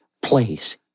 place